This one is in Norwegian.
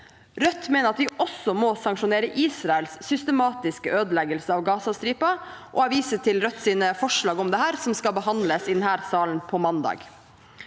Rødt mener at vi også må sanksjonere Israels systematiske ødeleggelse av Gazastripen, og jeg viser til Rødts forslag om dette, som skal behandles i denne salen på mandag.